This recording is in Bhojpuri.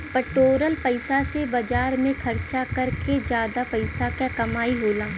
बटोरल पइसा से बाजार में खरचा कर के जादा पइसा क कमाई होला